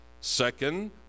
second